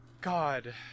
God